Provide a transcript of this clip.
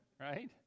right